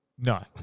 No